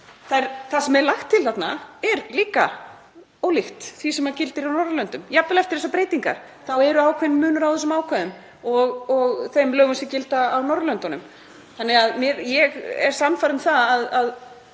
Það sem er lagt til þarna er líka ólíkt því sem gildir á Norðurlöndum. Jafnvel eftir þessar breytingar er ákveðinn munur á þessum ákvæðum og þeim lögum sem gilda á Norðurlöndunum. Ég er sannfærð um að